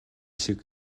шиг